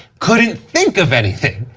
couldn't think of anything,